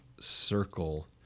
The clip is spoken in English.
circle